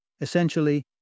Essentially